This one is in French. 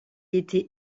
était